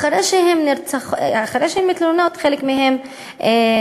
אחרי שהן מתלוננות חלק מהן נרצחות.